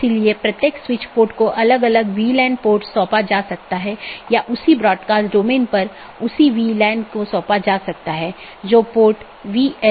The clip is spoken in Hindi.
इसलिए एक पाथ वेक्टर में मार्ग को स्थानांतरित किए गए डोमेन या कॉन्फ़िगरेशन के संदर्भ में व्यक्त किया जाता है